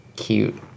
cute